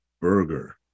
burger